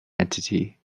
entity